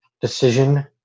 decision